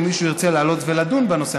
אם מישהו ירצה לעלות ולדון בנושא,